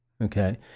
Okay